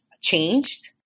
changed